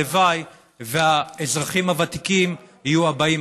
הלוואי שהאזרחים הוותיקים יהיו הבאים